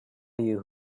you